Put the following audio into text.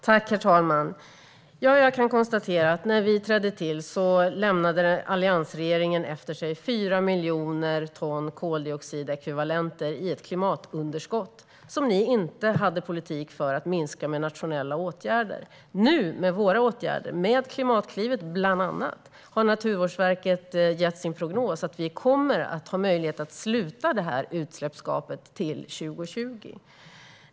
Herr talman! Alliansregeringen lämnade efter sig 4 miljoner ton koldioxidekvivalenter i ett klimatunderskott som ni inte hade politik för att minska med nationella åtgärder. Nu, i och med våra åtgärder, bland annat Klimatklivet, visar Naturvårdsverkets prognos att vi kommer att ha möjlighet att sluta detta utsläppsgap till 2020.